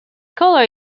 colour